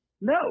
no